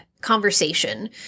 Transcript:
conversation